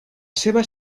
seva